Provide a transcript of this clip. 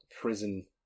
prison